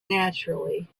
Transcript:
naturally